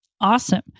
Awesome